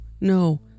no